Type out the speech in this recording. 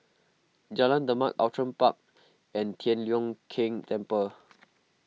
Jalan Demak Outram Park and Tian Leong Keng Temple